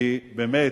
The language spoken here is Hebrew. כי באמת,